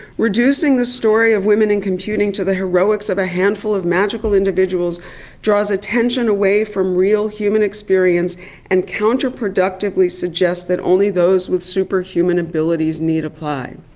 reducing the story of women in computing to the heroics of a handful of magical individuals draws attention away from real human experience and counterproductively counterproductively suggests that only those with superhuman abilities need apply.